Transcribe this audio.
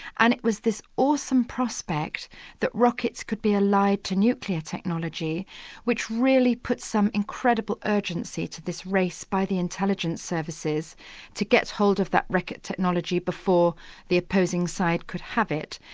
and it was this awesome prospect that rockets could be allied to nuclear technology which really put some incredible urgency to this race by the intelligence services to get hold of that rocket technology before the opposing side could have it.